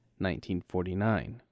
1949